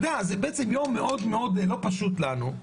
אתה יודע, זה בעצם יום מאוד מאוד לא פשוט לנו,